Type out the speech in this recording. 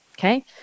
Okay